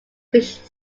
fish